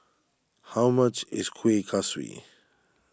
how much is Kueh Kaswi